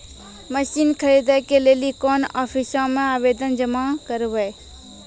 Machine खरीदै के लेली कोन आफिसों मे आवेदन जमा करवै?